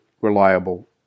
reliable